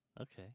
Okay